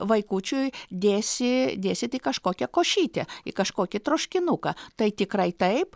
vaikučiui dėsi dėsit į kažkokią košytę į kažkokį troškinuką tai tikrai taip